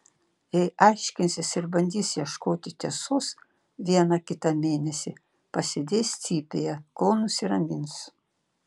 jei aiškinsis ir bandys ieškoti tiesos vieną kitą mėnesį pasėdės cypėje kol nusiramins